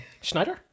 Schneider